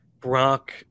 Brock